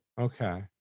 okay